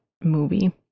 movie